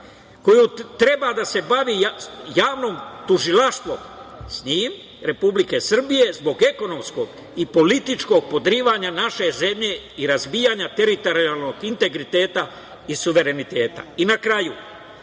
kojom treba da se bavi Javno tužilaštvo Republike Srbije zbog ekonomskog i političkog podrivanja naše zemlje i razbijanja teritorijalnog integriteta i suvereniteta. Na kraju,